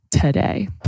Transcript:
today